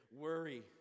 worry